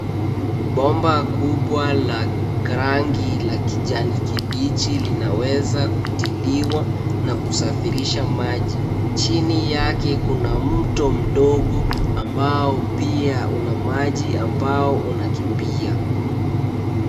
Bomba kubwa la rangi la kijani kibichi linaweza kutiliwa na kusafirisha maji. Chini yake kuna mto mdogo ambao pia una maji ambao unakimbia.